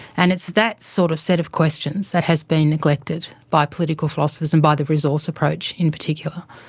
and it's that sort of set of questions that has been neglected by political philosophers and by the resource approach in particular.